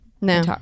no